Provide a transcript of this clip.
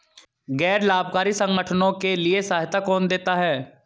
गैर लाभकारी संगठनों के लिए सहायता कौन देता है?